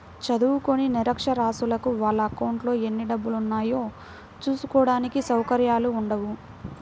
చదువుకోని నిరక్షరాస్యులకు వాళ్ళ అకౌంట్లలో ఎన్ని డబ్బులున్నాయో చూసుకోడానికి సౌకర్యాలు ఉండవు